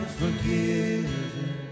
forgiven